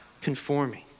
conforming